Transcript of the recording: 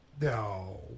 No